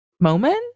moment